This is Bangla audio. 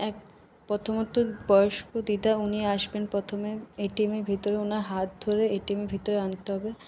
এক প্রথমতো বয়স্ক দিদা উনি আসবেন প্রথমে এটিএমে ভিতরে ওনার হাত ধরে এটিএমের ভিতরে আনতে হবে